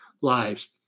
lives